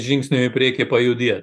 žingsnio į priekį pajudėt